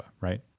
Right